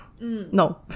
No